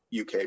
UK